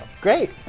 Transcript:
Great